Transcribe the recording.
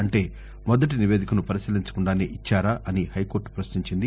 అంటే మొదటి నివేదికను పరిశీలించకుండానే ఇచ్చారా అని హై కోర్టు పశ్నించింది